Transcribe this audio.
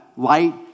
Light